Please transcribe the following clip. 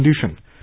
condition